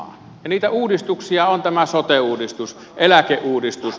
ja niitä uudistuksia ovat tämä sote uudistus eläkeuudistus